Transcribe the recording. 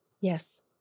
Yes